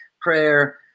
prayer